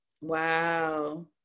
Wow